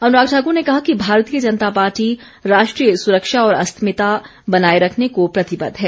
अनुराग ठाक्र ने कहा कि भारतीय जनता पार्टी राष्ट्रीय सुरक्षा और अरिमता बनाए रखने को प्रतिबद्ध है